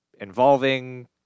involving